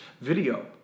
video